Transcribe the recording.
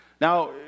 Now